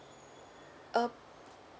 uh